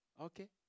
Okay